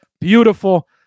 Beautiful